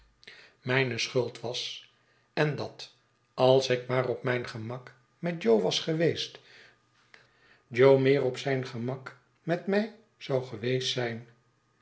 was en dat als ik maar op mijn gemak met jo was geweest jo meer op zijn gemak met mij zou geweest zijn